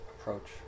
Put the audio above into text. approach